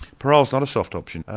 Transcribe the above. parole's not a soft option.